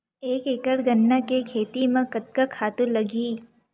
एक एकड़ गन्ना के खेती म कतका खातु लगही?